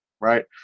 right